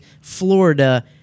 Florida